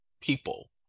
people